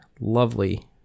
lovely